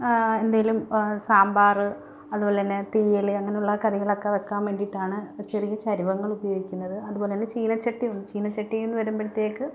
എന്തേലും സാമ്പാറ് അതുപോലെ തന്നെ തീയൽ അങ്ങനുള്ള കറികളൊക്കെ വെക്കാൻ വേണ്ടിയിട്ടാണ് ചെറിയ ചരുവങ്ങൾ ഉപയോഗിക്കുന്നത് അതുപോലെ തന്നെ ചീനിച്ചട്ടിയും ചീനിച്ചട്ടിന്ന് വരുമ്പോഴ്ത്തേക്ക്